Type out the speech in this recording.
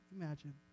imagine